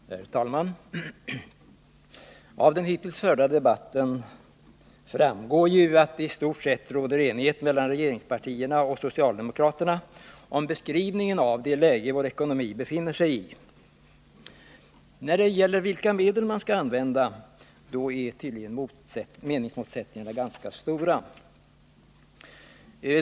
Herr talman! Av den hittills förda debatten framgår att det i stort sett råder enighet mellan regeringspartierna och socialdemokraterna om beskrivningen av det läge som vår ekonomi befinner sig i. Men när det gäller frågan om vilka medel som skall användas är tydligen meningsmotsättningarna ganska stora.